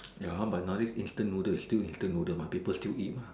ya but you know this instant noodle is still instant noodle mah people still eat mah